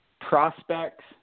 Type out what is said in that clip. prospects